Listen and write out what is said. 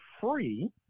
free